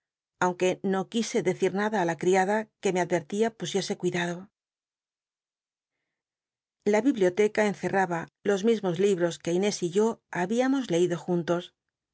aunque no quise decir nada ti la cl'iada ue me advertía pusiese cuidado la biblioteca enccrtaba los mismos libros que inés y yo habíamos leido juntos